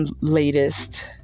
latest